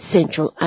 Central